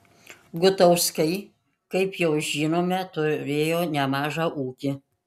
gutauskai kaip jau žinome turėjo nemažą ūkį